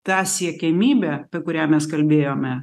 tą siekiamybę apie kurią mes kalbėjome